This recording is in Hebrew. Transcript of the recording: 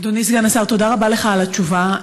אדוני סגן השר, תודה רבה לך על התשובה.